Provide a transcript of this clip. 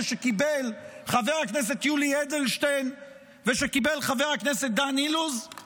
שקיבל חבר הכנסת יולי אדלשטיין ושקיבל חבר הכנסת דן אילוז?